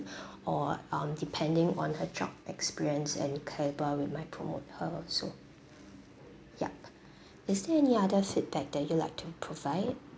or um depending on her job experience and calibre we might promote her also yup is there any other feedback that you like to provide